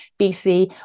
BC